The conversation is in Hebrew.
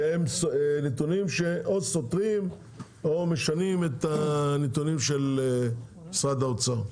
שהם נתונים שהם או סותרים או משנים את הנתונים של משרד האוצר.